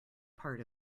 part